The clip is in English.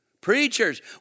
preachers